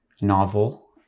novel